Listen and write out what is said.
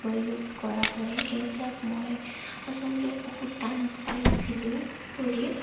প্ৰয়োগ কৰা হয় সেইবিলাক মই আচলতে বহুত টান পাইছিলোঁ কৰি